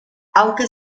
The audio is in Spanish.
aunque